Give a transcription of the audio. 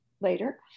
later